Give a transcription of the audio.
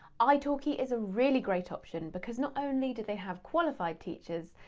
ah italki is a really great option, because not only do they have qualified teachers,